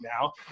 now